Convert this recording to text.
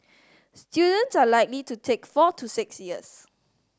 students are likely to take four to six years